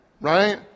right